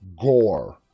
gore